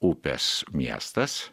upės miestas